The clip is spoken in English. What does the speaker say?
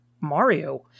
Mario